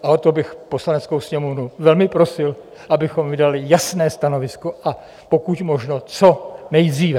Ale to bych Poslaneckou sněmovnu velmi prosil, abychom vydali jasné stanovisko a pokud možno co nejdříve.